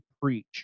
preach